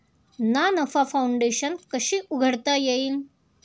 ना नफा फाउंडेशन कशी उघडता येईल?